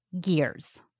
gears